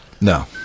no